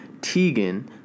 Teigen